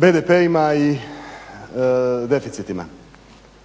BDP-ima i deficitima.